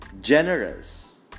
generous